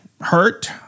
hurt